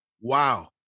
Wow